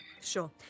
Sure